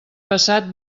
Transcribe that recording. passat